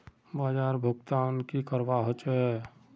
बाजार भुगतान की करवा होचे?